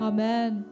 Amen